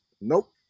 Nope